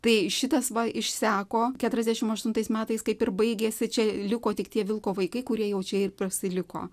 tai šitas va išseko keturiasdešimt aštuntais metais kaip ir baigėsi čia liko tik tie vilko vaikai kurie jau čia ir pasiliko